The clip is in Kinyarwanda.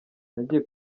nagiye